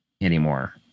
anymore